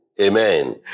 Amen